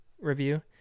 review